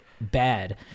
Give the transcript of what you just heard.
bad